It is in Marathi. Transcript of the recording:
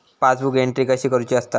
पासबुक एंट्री कशी करुची असता?